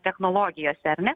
technologijose ar ne